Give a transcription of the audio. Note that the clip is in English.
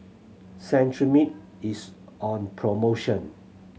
Cetrimide is on promotion